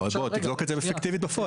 לא, בוא, תבדוק את זה אפקטיבית בפועל.